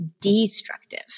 destructive